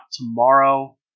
tomorrow